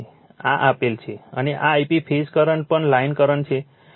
અને આ I p phase current પણ લાઇન કરંટ છે 6